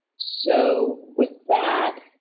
so, with that.